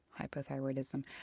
hypothyroidism